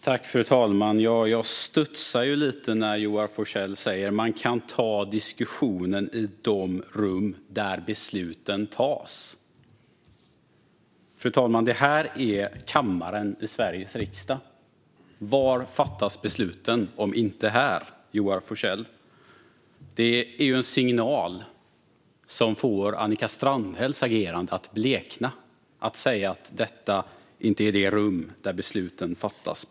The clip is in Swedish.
Fru talman! Jag studsar lite när Joar Forssell säger att man kan ta diskussionen i de rum där besluten fattas. Det här är kammaren i Sveriges riksdag. Var fattas besluten om inte här, Joar Forssell? Det är en signal som får Annika Strandhälls agerande att blekna att säga att detta inte är det rum där besluten fattas.